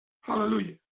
Hallelujah